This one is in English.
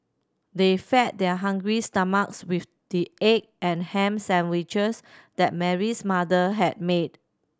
they fed their hungry stomachs with the egg and ham sandwiches that Mary's mother had made